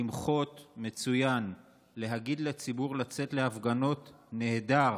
למחות, מצוין, להגיד לציבור לצאת להפגנות, נהדר,